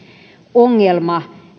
ongelma